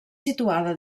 situada